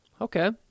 okay